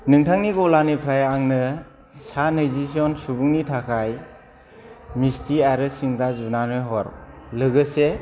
नोंथांनि गलानिफ्राय आंनो सा नैजिजन सुबुंनि थाखाय मिस्ति आरो सिंग्रा जुनानै हर लोगोसे